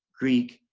greek,